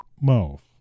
mouth